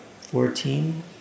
fourteen